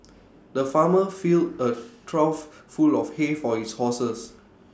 the farmer fill A trough full of hay for his horses